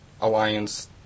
Alliance